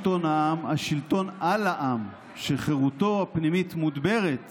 השוחד שקיבלת תמורת הקנביס?